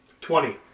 Twenty